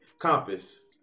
compass